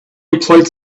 employed